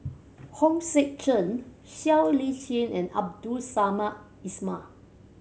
Hong Sek Chern Siow Lee Chin and Abdul Samad Ismail